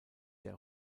der